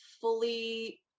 fully